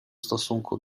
stosunku